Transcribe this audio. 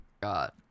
God